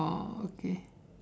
oh okay